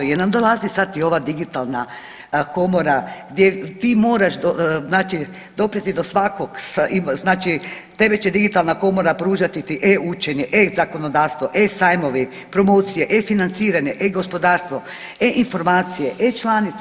Jer nam dolazi sad i ova digitalna komora gdje ti moraš znači doprijeti do svakog, znači tebi će digitalna komora pružati EU učenje, e-zakonodavstvo, e-sajmovi, promocije, e-financiranje, e-gospodarstvo, e-informacije, e-članice.